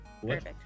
Perfect